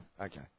okay